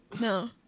No